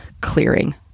clearing